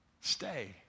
Stay